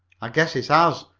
i guess it has,